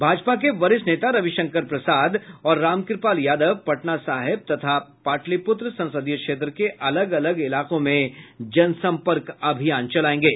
भाजपा के वरिष्ठ नेता रविशंकर प्रसाद और रामकृपाल यादव पटना साहिब तथा पाटलिपूत्र संसदीय क्षेत्र के अलग अलग इलाकों में जन सम्पर्क अभियान चलायेंगे